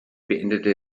beendete